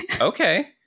Okay